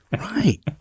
right